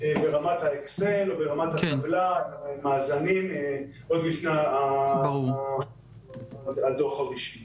ברמת האקסל מאזנים עוד לפני הדוח הרשמי.